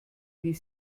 wie